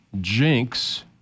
Jinx